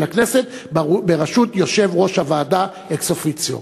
הכנסת בראשות יושב-ראש הוועדה אקס-אופיציו.